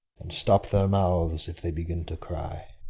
and stop their mouths if they begin to cry.